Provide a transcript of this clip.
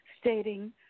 stating